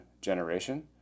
generation